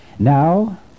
Now